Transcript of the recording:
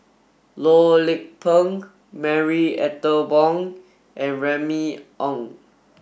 Loh Lik Peng Marie Ethel Bong and Remy Ong